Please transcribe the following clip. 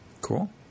Cool